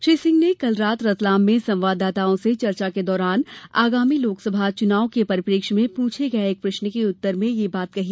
श्री सिंह ने कल रात रतलाम में संवाददाताओं से चर्चा के दौरान आगामी लोकसभा चुनाव के परिप्रेक्ष्य में पृछे गए एक प्रश्न के उत्तर में ये बात कही